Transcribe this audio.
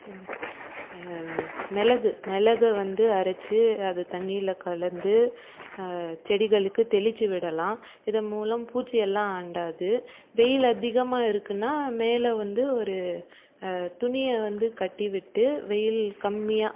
மிளகு மிளகை வந்து அரைத்து அது தண்ணியில் கலந்து செடிகளுக்குத் தெளித்து விடலாம் இதன் மூலம் பூச்சி எல்லாம் அண்டாது வெயில் அதிகமாக இருக்குன்னால் மேலே வந்து ஒரு துணியை வந்து கட்டி விட்டு வெயில் கம்மியாக